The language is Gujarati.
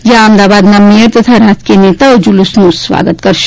જ્યાં અમદાવાદના મેયર તથા રાજકીય નેતાઓ જુલુસનું સ્વાગત કરશે